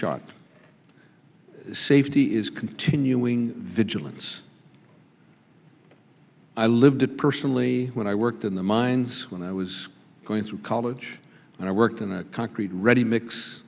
snapshot safety is continuing vigilance i lived it personally when i worked in the mines when i was going to college and i worked in a concrete ready mix